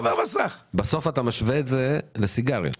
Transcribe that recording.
בסוף אתה משווה את זה לסיגריות.